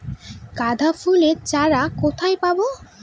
গাঁদা ফুলের চারা কোথায় পাবো?